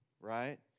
right